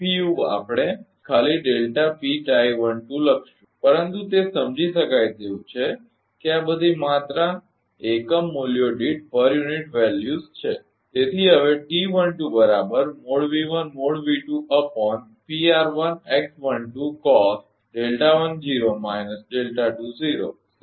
આપણે ખાલી લખીશું પરંતુ તે સમજી શકાય તેવું છે કે આ બધી માત્રા એકમ મૂલ્યો દીઠપર યુનિટ વેલ્યુસ છે